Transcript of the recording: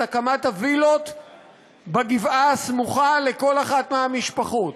הקמת הווילות בגבעה הסמוכה לכל אחת מהמשפחות,